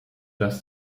das